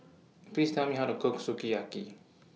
Please Tell Me How to Cook Sukiyaki